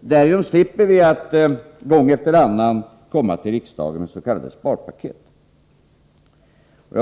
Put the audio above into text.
Därigenom slipper vi att gång efter annan komma till riksdagen med s.k. sparpaket.